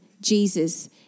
Jesus